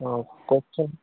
কওকচোন হয়